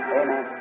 amen